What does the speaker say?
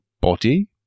body